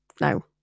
No